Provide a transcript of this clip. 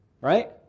Right